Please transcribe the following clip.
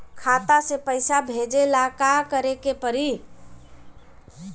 खाता से पैसा भेजे ला का करे के पड़ी?